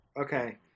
Okay